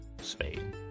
Spain